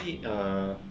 actually uh